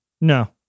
No